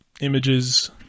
images